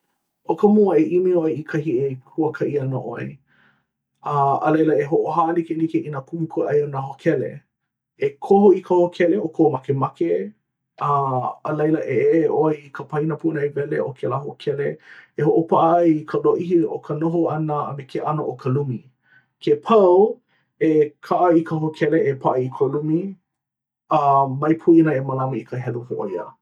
ʻO ka mua e ʻimi ʻoe i kahi e huakaʻi ana ʻoe. uh a laila e hoʻohālikelike i nā kumu kūʻai o nā hōkele. E koho i ka hōkele o kou makemake. uh a laila e ʻeʻe ʻoe i ka pena punaewele o kēlā hōkele e hoʻopaʻa ai i ka lōʻihi o ka noho ʻana a me ke ʻano o ka lumi. Ke pau e kaʻa i ka hōkele e hoʻopaʻa ai i ka lumi. a mai poina e mālama i ka helu hōʻoia.